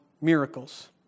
miracles